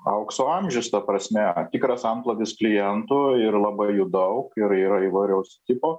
aukso amžius ta prasme tikras antplūdis klientų ir labai jų daug ir yra įvairaus tipo